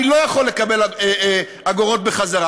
אני לא יכול לקבל אגורות בחזרה.